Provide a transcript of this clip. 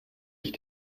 ich